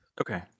Okay